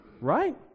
right